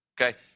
Okay